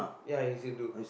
ya he's Hindu